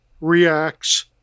reacts